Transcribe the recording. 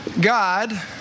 God